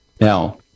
Now